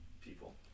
people